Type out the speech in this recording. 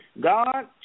God